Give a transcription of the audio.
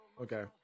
Okay